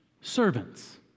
Servants